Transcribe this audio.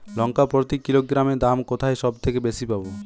লঙ্কা প্রতি কিলোগ্রামে দাম কোথায় সব থেকে বেশি পাব?